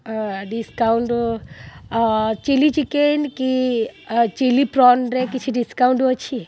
discount chilli chicken କି chilli ପ୍ରନ୍ରେ କିଛି ଡିସକାଉଣ୍ଟ୍ ଅଛି